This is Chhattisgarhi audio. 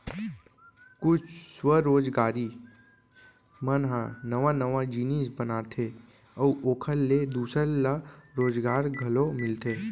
कुछ स्वरोजगारी मन ह नवा नवा जिनिस बनाथे अउ ओखर ले दूसर ल रोजगार घलो मिलथे